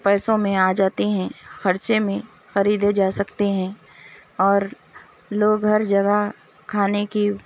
پیسوں میں آجاتے ہیں خرچے میں خریدے جا سکتے ہیں اور لوگ ہر جگہ کھانے کی